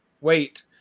wait